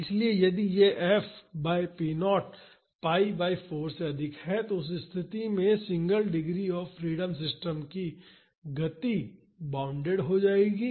इसलिए यदि यह F by p 0 pi by 4 से अधिक है तो उस स्थिति में सिंगल डिग्री ऑफ़ फ्रीडम की गति बॉउंडेड हो जाएगी